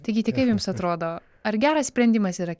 taigi tai kaip jums atrodo ar geras sprendimas yra